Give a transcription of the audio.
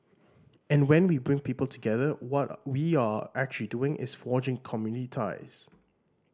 and when we bring people together what we are actually doing is forging community ties